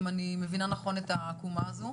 אם אני מבינה נכון את העקומה הזאת,